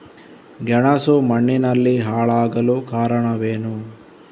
ಗೆಣಸು ಮಣ್ಣಿನಲ್ಲಿ ಹಾಳಾಗಲು ಕಾರಣವೇನು?